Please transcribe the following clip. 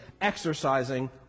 exercising